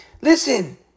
Listen